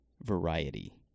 variety